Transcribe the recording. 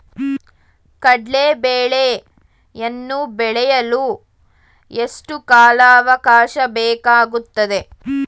ಕಡ್ಲೆ ಬೇಳೆಯನ್ನು ಬೆಳೆಯಲು ಎಷ್ಟು ಕಾಲಾವಾಕಾಶ ಬೇಕಾಗುತ್ತದೆ?